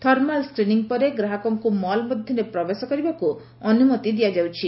thermal screening ପରେ ଗ୍ରାହକଙ୍କୁ mall ମଧ୍ଧରେ ପ୍ରବେଶ କରିବାକୁ ଅନୁମତି ଦିଆଯିବ